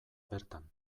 bertan